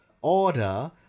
order